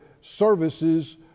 services